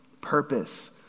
purpose